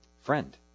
friend